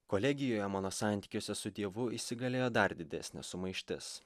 kolegijoje mano santykiuose su dievu įsigalėjo dar didesnė sumaištis